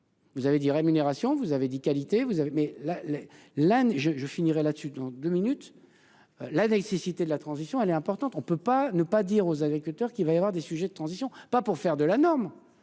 vous avez des qualités vous avez mais la la la neige je finirais là dessus dans deux minutes. La nécessité de la transition. Elle est importante, on ne peut pas ne pas dire aux agriculteurs qu'il va y avoir des sujets de transition pas pour faire de la norme